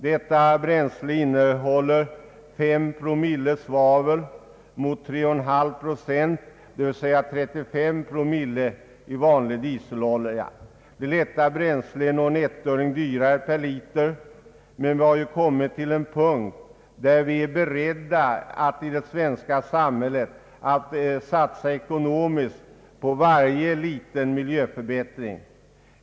Detta bränsle innehåller 5 promille svavel mot 3 1/2 procent, eller 35 promille, i vanlig dieselolja. Det lätta bränslet är någon ettöring dyrare per liter, men vi har nu kommit till den punkt när vi i det svenska samhället är beredda att satsa ekonomiskt på varje liten miljöförbättring.